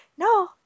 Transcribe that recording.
No